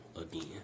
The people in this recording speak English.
again